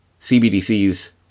CBDCs